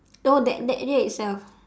oh that that area itself